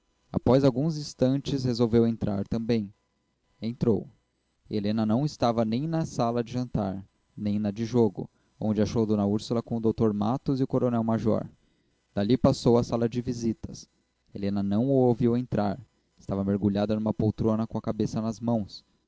após alguns instantes resolveu entrar também entrou helena não estava nem na sala de jantar nem na do jogo onde achou d úrsula com o dr matos e o coronel major dali passou à sala de visitas helena não o viu entrar estava mergulhada numa poltrona com a cabeça nas mãos